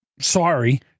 Sorry